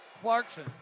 Clarkson